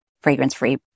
fragrance-free